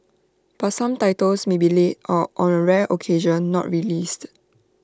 but some titles may be late or on A rare occasion not released